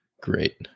Great